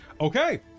Okay